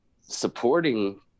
supporting